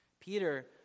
Peter